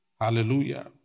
Hallelujah